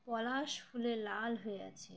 পলাশ ফুলে লাল হয়ে আছে